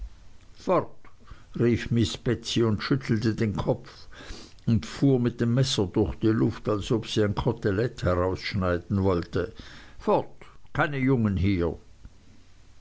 und schüttelte den kopf und fuhr mit dem messer durch die luft als ob sie ein kotelett herausschneiden wollte fort keine jungen hier